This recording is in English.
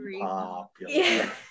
popular